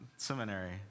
Seminary